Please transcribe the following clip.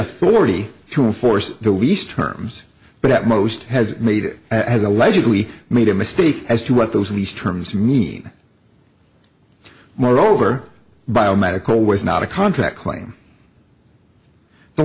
authority to enforce the lease terms but at most has made it as allegedly made a mistake as to what those of these terms mean moreover biomedical was not a contract claim the